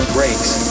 Brakes